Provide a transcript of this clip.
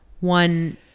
one